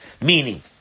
Meaning